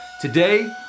Today